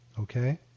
Okay